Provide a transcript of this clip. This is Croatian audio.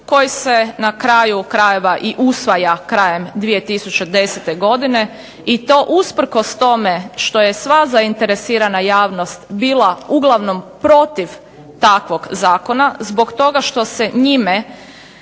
koji se na kraju krajeva i usvaja krajem 2010. godine i to usprkos tome što je sva zainteresirana javnost bila uglavnom protiv takvog zakona zbog toga što se njime